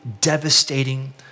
devastating